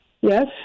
Yes